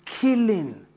killing